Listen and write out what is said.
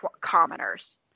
commoners